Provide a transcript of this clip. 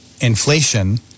inflation